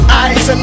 eyes